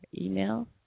email